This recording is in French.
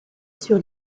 sur